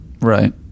right